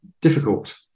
difficult